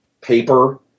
paper